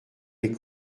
les